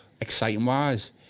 exciting-wise